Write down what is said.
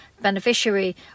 beneficiary